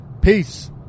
peace